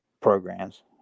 programs